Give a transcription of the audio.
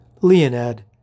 Leonid